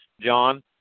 John